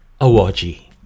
Awaji